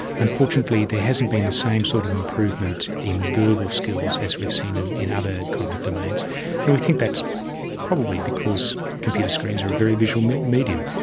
unfortunately there hasn't been the same sort of improvement in verbal skills as we've seen and in other cognitive domains and we think that's probably because computer screens are a very visual medium.